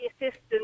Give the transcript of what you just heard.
assistance